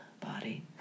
body